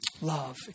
Love